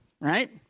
right